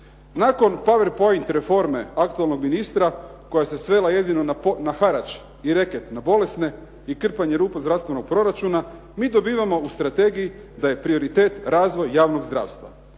Nakon powerpoint reforme aktualnog ministra koja se svela jedino na harač i reket na bolesne i krpanje rupa zdravstvenog proračuna, mi dobivamo u strategiji da je prioritet razvoj javnog zdravstva.